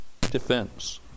defense